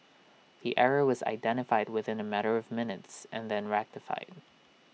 the error was identified within A matter of minutes and then rectified